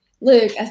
Luke